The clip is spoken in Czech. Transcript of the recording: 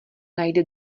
najde